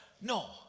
no